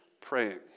praying